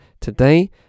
today